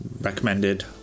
recommended